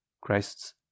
Christ's